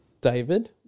David